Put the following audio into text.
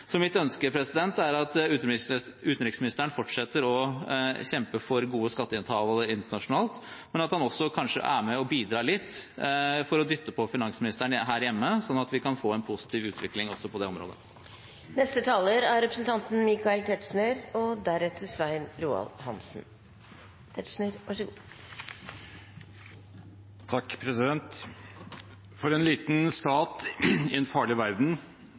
Så mitt ønske er at utenriksministeren fortsetter å kjempe for gode skatteavtaler internasjonalt, men at han kanskje også er med og bidrar litt for å dytte på finansministeren her hjemme, sånn at vi kan få en positiv utvikling også på det området. For en liten stat i en farlig verden vil sikkerhets- og